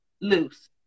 loose